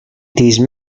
these